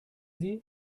sie